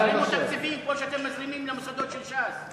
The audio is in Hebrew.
תזרימו תקציבים כמו שאתם מזרימים למוסדות של ש"ס.